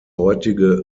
heutige